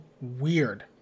weird